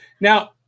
Now